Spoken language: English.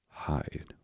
hide